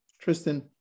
Tristan